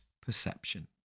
perception